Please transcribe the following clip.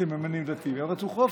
סממנים דתיים, הם רצו חופש.